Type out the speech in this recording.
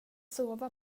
sova